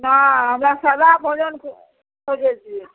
हँ हमरा सादा भोजन खोजै छिए